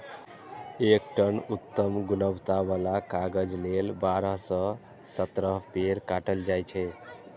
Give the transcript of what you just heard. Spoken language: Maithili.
एक टन उत्तम गुणवत्ता बला कागज लेल बारह सं सत्रह पेड़ काटल जाइ छै